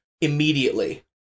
immediately